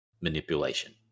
manipulation